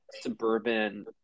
suburban